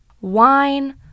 wine